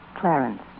Clarence